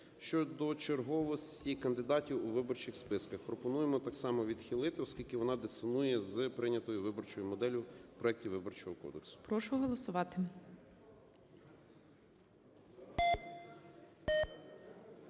щодо черговості кандидатів у виборчих списках. Пропонуємо так само відхилити, оскільки вона дисонує з прийнятою виборчою моделлю проекту Виборчого кодексу.